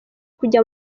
kujya